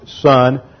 son